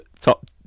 top